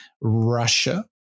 Russia